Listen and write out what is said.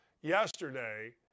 yesterday